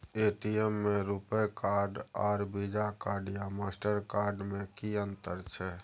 ATM में RuPay card आर Visa card या मास्टर कार्ड में कि अतंर छै?